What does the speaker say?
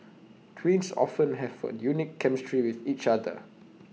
twins often have A unique chemistry with each other